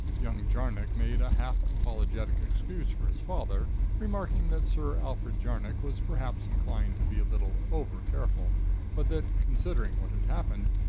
young jarnock made a half apologetic excuse for his father remarking that sir alfred jarnock was perhaps inclined to be a little over careful but that, considering what had happened,